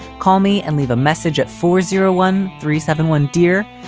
call me and leave a message at four zero one three seven one, dear.